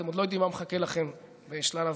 אתם עוד לא יודעים מה מחכה לכם בשלב הוועדות.